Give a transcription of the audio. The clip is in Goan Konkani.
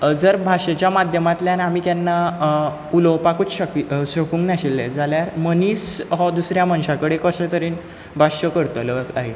अ जर भाशेच्या माध्यमांतल्यान आमी केन्ना उलोवपाकूच शकी शकूंक नाशिल्ले जाल्यार मनीस हो दुसऱ्या मनशा कडेन कशे तरेन भाश्य करतलो काय